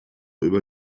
über